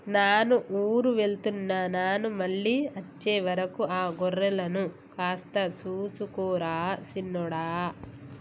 నాను ఊరు వెళ్తున్న నాను మళ్ళీ అచ్చే వరకు ఆ గొర్రెలను కాస్త సూసుకో రా సిన్నోడా